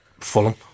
Fulham